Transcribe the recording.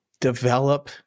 develop